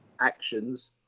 actions